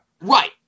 Right